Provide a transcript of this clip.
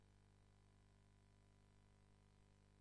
משולה, כאילו